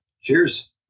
Cheers